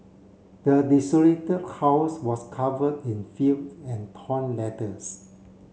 the desolated house was covered in filth and torn letters